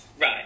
Right